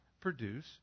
produce